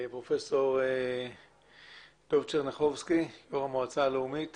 פרופסור דב צ'רניחובסקי, יושב ראש המועצה הלאומית